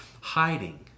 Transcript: hiding